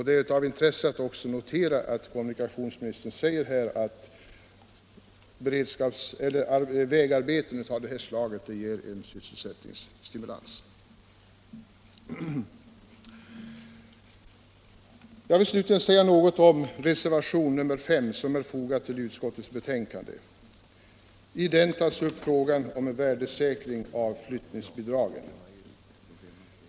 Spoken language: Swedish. Det är av intresse att notera att kommunikationsministern säger att vägarbeten av det här slaget ger en sysselsättningsstimulans. Jag vill slutligen säga något om reservationen 5 vid utskottets betänkande. I den tas upp frågan om värdesäkring av flyttningsbidragen.